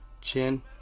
chin